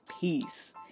peace